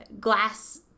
glass